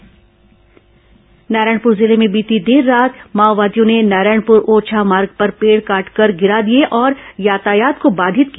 माओवादी वारदात नारायणपुर जिले में बीती देर रात माओवादियों ने नारायणपुर ओरछा मार्ग पर पेड़ काटकर गिरा दिए और यातायात को बाधित किया